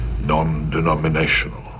non-denominational